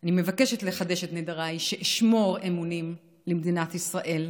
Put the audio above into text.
אני מבקשת לחדש את נדריי שאשמור אמונים למדינת ישראל,